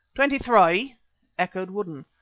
twenty-three, echoed woodden.